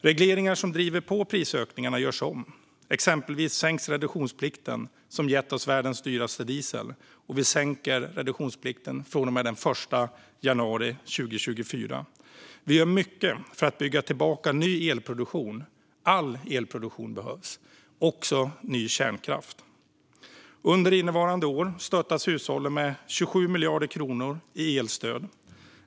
Regleringar som driver på prisökningarna görs om; exempelvis sänks reduktionsplikten, som gett oss världens dyraste diesel. Vi sänker den från och med den 1 januari 2024. Vi gör mycket för att bygga tillbaka ny elproduktion. All elproduktion behövs - också ny kärnkraft. Under innevarande år stöttas hushållen med 27 miljarder kronor i elstöd.